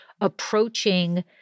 approaching